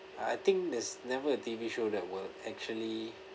uh I think there's never a T_V show that were actually